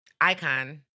Icon